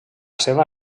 seva